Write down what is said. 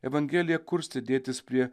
evangelija kurstė dėtis prie